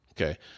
okay